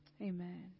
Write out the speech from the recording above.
Amen